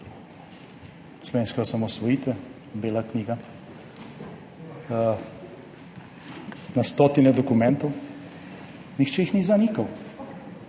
Slovenska osamosvojitev 1991, bela knjiga. Na stotine dokumentov, nihče jih ni zanikal